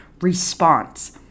response